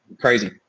crazy